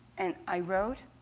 and i wrote.